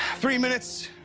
three minutes,